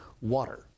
water